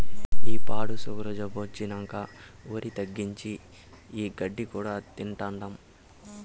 ఈ పాడు సుగరు జబ్బొచ్చినంకా ఒరి తగ్గించి, ఈ గడ్డి కూడా తింటాండా